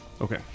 Okay